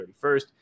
31st